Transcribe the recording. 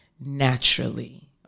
naturally